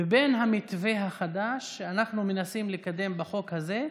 ובין המתווה החדש שאנחנו מנסים לקדם בחוק הזה,